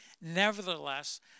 nevertheless